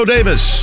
Davis